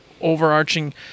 overarching